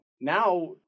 Now